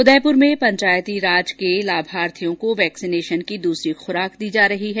उदयपुर में पंचायती राज के लाभार्थियों को वैक्सीनेशन की दूसरी खुराक दी जा रही है